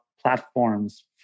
platforms